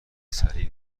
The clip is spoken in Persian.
سریع